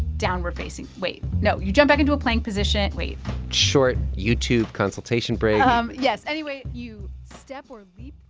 downward facing. wait. no, you jump back into a plank position. wait short youtube consultation break um yes. anyway, you step or leap